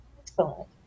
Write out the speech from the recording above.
Excellent